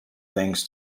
things